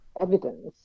evidence